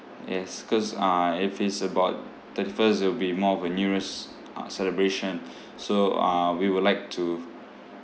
yes cause uh if it's about thirty first it'll be more of a new year's uh celebration so uh we would like to